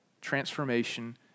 transformation